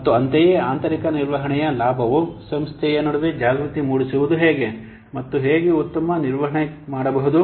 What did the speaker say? ಮತ್ತು ಅಂತೆಯೇ ಆಂತರಿಕ ನಿರ್ವಹಣೆಯ ಲಾಭವು ಸಂಸ್ಥೆಯ ನಡುವೆ ಜಾಗೃತಿ ಮೂಡಿಸುವುದು ಹೇಗೆ ಮತ್ತು ಹೇಗೆ ಉತ್ತಮ ನಿರ್ವಹಣೆಗೆಮಾಡಬಹುದು